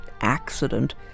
accident